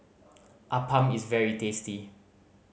appam is very tasty